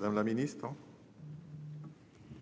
La parole est à